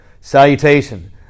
salutation